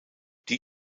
die